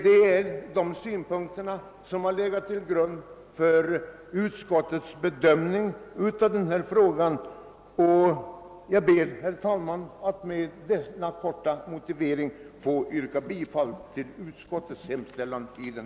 Det är dessa synpunkter som legat till grund för utskottets bedömning av denna fråga, och jag ber, herr talman, att med denna korta motivering få yrka bifall till utskottets hemställan.